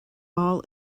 all